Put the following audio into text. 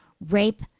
rape